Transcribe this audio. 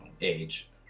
age